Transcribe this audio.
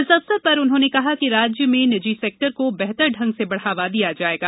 इस अवसर पर उन्होंने कहा कि राज्य में निजी सेक्टर को बेहतर ढंग से बढ़ावा दिया जाएगा